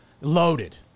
Loaded